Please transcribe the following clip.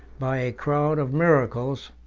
by a crowd of miracles,